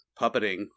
puppeting